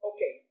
Okay